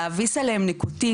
להאביס עליהם ניקוטין,